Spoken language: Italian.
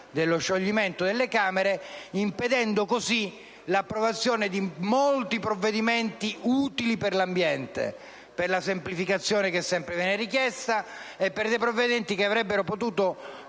dello scioglimento delle Camere, impedendo così l'approvazione di molti provvedimenti utili per l'ambiente, per la semplificazione che sempre viene richiesta e che avrebbero potuto